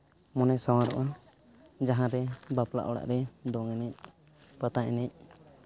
ᱢᱚᱱᱮ ᱥᱟᱶᱟᱨᱚᱜᱼᱟ ᱡᱟᱦᱟᱸ ᱨᱮ ᱵᱟᱯᱞᱟ ᱚᱲᱟᱜ ᱨᱮ ᱫᱚᱝ ᱮᱱᱮᱡ ᱯᱟᱛᱟ ᱮᱱᱮᱡ